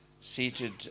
seated